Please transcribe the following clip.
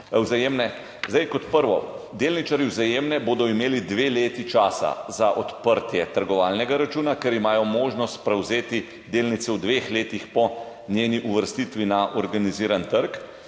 Vzajemne. Zdaj kot prvo, delničarji Vzajemne bodo imeli dve leti časa za odprtje trgovalnega računa, ker imajo možnost prevzeti delnice v dveh letih po njeni uvrstitvi na organiziran trg.